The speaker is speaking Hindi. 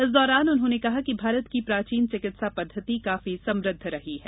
इस दौरान उन्होंने कहा कि भारत की प्राचीन चिकित्सा पद्धति काफी समृद्ध रही है